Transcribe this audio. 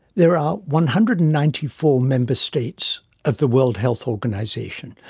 there are one hundred and ninety four member states of the world health organisation.